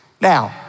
Now